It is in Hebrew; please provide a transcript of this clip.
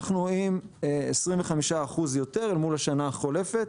אנחנו רואים 25% יותר מול השנה החולפת.